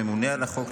הממונה על החוק,